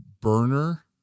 burner